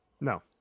no